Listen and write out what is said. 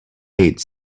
eight